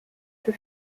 für